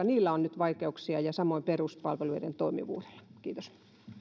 niillä on nyt vaikeuksia ja samoin peruspalveluiden toimivuudella kiitos